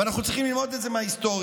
ואנחנו צריכים ללמוד את זה מההיסטוריה.